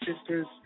sisters